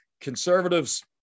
conservatives